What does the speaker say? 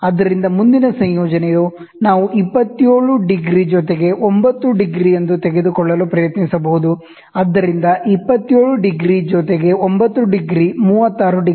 ಆದ್ದರಿಂದ ಮುಂದಿನ ಸಂಯೋಜನೆಯು ನಾವು 27 ° ಜೊತೆಗೆ 9° ಎಂದು ತೆಗೆದುಕೊಳ್ಳಲು ಪ್ರಯತ್ನಿಸಬಹುದು ಆದ್ದರಿಂದ 27 ° ಜೊತೆಗೆ 9° 36° ಆಗಿದೆ